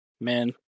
Man